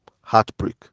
heartbreak